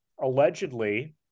allegedly